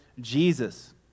Jesus